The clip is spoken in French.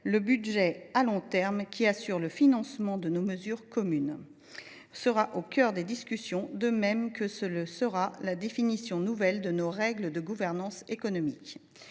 Le budget à long terme, qui assure le financement de nos mesures communes, sera au cœur des discussions, de même que la définition nouvelle de nos règles de gouvernance économique.